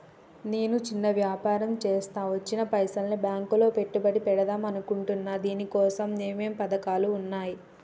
నేను చిన్న వ్యాపారం చేస్తా వచ్చిన పైసల్ని బ్యాంకులో పెట్టుబడి పెడదాం అనుకుంటున్నా దీనికోసం ఏమేం పథకాలు ఉన్నాయ్?